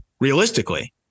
realistically